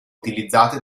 utilizzate